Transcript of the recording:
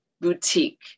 boutique